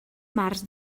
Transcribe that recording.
març